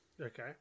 Okay